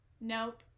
Nope